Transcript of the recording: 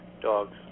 dogs